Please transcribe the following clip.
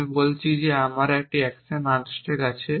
আমি বলছি যে আমার একটি অ্যাকশন আনস্ট্যাক আছে